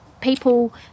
People